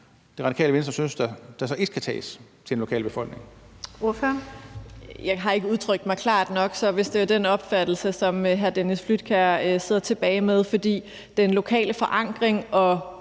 Radikale Venstre synes der så ikke skal tages til en lokalbefolkning?